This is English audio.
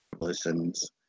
listens